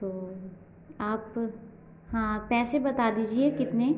तो आप हाँ पैसे बता दीजिए कितने